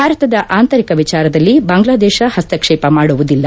ಭಾರತದ ಆಂತರಿಕ ವಿಚಾರದಲ್ಲಿ ಬಾಂಗ್ಲಾದೇಶ ಹಸ್ತಕ್ಷೇಪ ಮಾಡುವುದಿಲ್ಲ